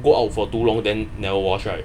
go out for too long then never wash right